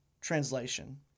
translation